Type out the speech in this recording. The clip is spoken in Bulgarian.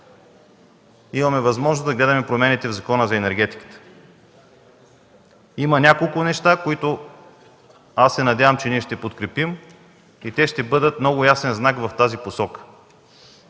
имаме възможност да гледаме промените в Закона за енергетиката. Има няколко неща, които се надявам, че ще подкрепим и те ще бъдат много ясен знак в тази посока,